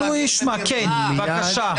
כן, בבקשה.